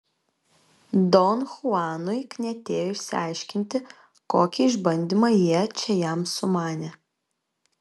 don chuanui knietėjo išsiaiškinti kokį išbandymą jie čia jam sumanė